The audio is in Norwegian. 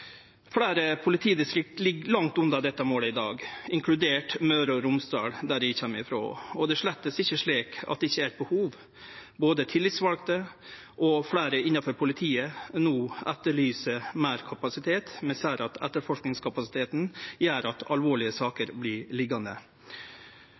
Fleire politidistrikt ligg langt unna dette målet i dag, inkludert Møre og Romsdal, der eg kjem frå, og det er slett ikkje slik at det ikkje er eit behov. Både tillitsvalde og fleire innanfor politiet etterlyser no meir kapasitet. Vi ser at etterforskingskapasiteten gjer at alvorlege saker